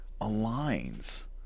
aligns